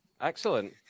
Excellent